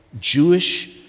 Jewish